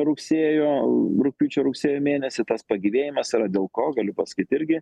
rugsėjo rugpjūčio rugsėjo mėnesį tas pagyvėjimas yra dėl ko galiu pasakyt irgi